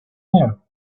here